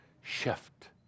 shift